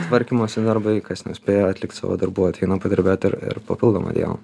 tvarkymosi darbai kas nespėjo atlikt savo darbų ateina padirbėt ir ir papildomą dieną